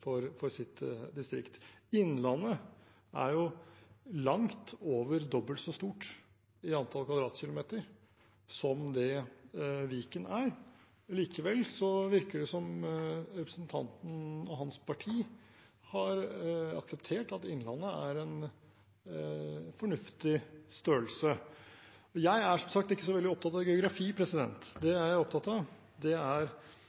for sitt distrikt. Innlandet er langt over dobbelt så stort i antall kvadratkilometer som det Viken er. Likevel virker det som om representanten og hans parti har akseptert at Innlandet er en fornuftig størrelse. Jeg er som sagt ikke så veldig opptatt av geografi. Det jeg er